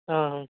હા હં